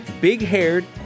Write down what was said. big-haired